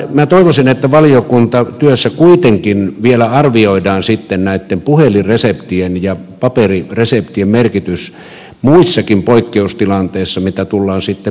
minä toivoisin että valiokuntatyössä kuitenkin vielä arvioidaan sitten näitten puhelinreseptien ja paperireseptien merkitys muissakin poikkeustilanteissa joita tullaan sitten määrittelemään